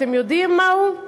אתם יודעים מהו?